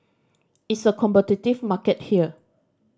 it's a competitive market here